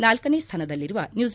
ನಾಲ್ಕನೇ ಸ್ವಾನದಲ್ಲಿರುವ ನ್ಯೂಜಿ